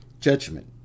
Judgment